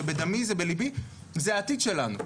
זה בדמי, זה בליבי, זה העתיד שלנו.